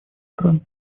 стран